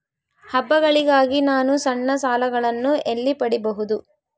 ಹಬ್ಬಗಳಿಗಾಗಿ ನಾನು ಸಣ್ಣ ಸಾಲಗಳನ್ನು ಎಲ್ಲಿ ಪಡಿಬಹುದು?